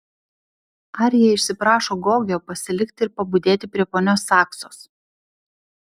arija išsiprašo gogio pasilikti ir pabudėti prie ponios saksos